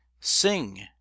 sing